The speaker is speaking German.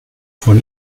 von